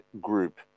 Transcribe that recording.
group